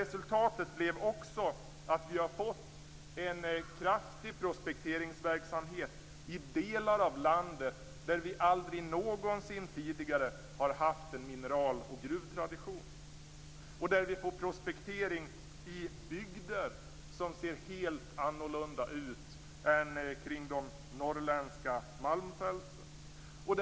Resultatet blev också en kraftig prospekteringsverksamhet i delar av landet där vi aldrig någonsin tidigare har haft en mineral och gruvtradition. Det är fråga om en prospektering i bygder som ser helt annorlunda ut än de norrländska malmfälten.